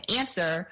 answer